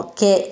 che